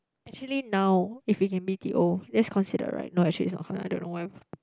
actually now if we can b_t_o that's considered right not actually it's not I don't know why